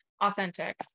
authentic